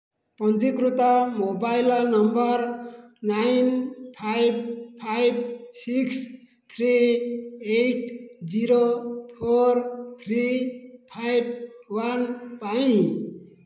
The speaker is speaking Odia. ପଞ୍ଜୀକୃତ mobile number nine five five six three eight zero four three five one ପାଇଁ